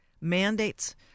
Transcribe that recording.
Mandates